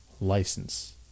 license